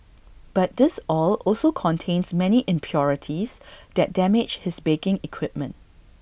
but this oil also contains many impurities that damage his baking equipment